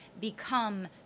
become